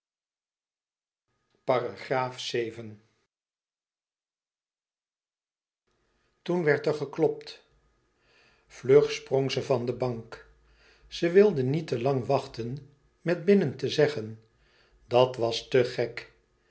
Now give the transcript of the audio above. toen werd er geklopt vlug sprong ze van de bank ze wilde niet te lang wachten met binnen te zeggen dat was te gek